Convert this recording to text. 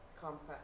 complex